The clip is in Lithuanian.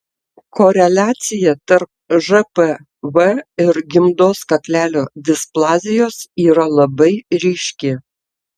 koreliacija tarp žpv ir gimdos kaklelio displazijos yra labai ryški